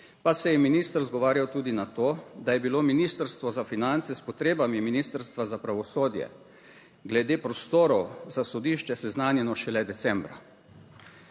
pa se je minister izgovarjal tudi na to, da je bilo Ministrstvo za finance s potrebami Ministrstva za pravosodje glede prostorov za sodišče seznanjeno šele decembra.